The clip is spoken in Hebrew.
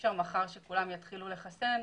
אי-אפשר מחר שכולם יתחילו לחסן,